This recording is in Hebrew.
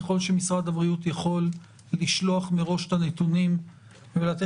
ככל שמשרד הבריאות יכול לשלוח מראש את הנתונים ולתת